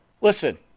listen